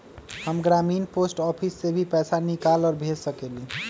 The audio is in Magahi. हम ग्रामीण पोस्ट ऑफिस से भी पैसा निकाल और भेज सकेली?